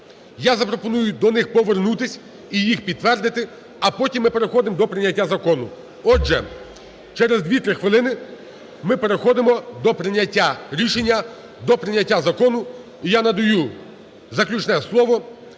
Я запропоную до них повернутися і їх підтвердити, а потім ми переходимо до прийняття закону. Отже, через 2-3 хвилини ми переходимо до прийняття рішення, до прийняття закону.